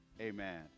Amen